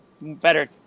better